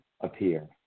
appear